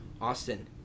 Austin